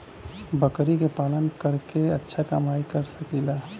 बकरी के पालन करके अच्छा कमाई कर सकीं ला?